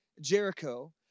Jericho